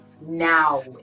now